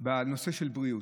גם בנושא הבריאות,